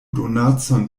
donacon